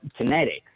genetics